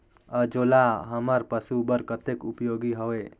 अंजोला हमर पशु बर कतेक उपयोगी हवे?